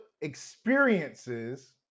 experiences